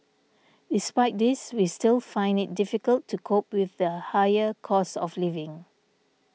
despite this we still find it difficult to cope with the higher cost of living